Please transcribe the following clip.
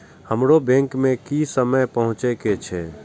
हमरो बैंक में की समय पहुँचे के छै?